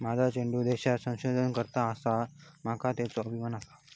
माझा चेडू ईदेशात संशोधन करता आसा, माका त्येचो अभिमान आसा